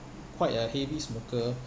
quite a heavy smoker